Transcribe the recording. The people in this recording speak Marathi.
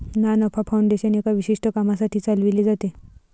ना नफा फाउंडेशन एका विशिष्ट कामासाठी चालविले जाते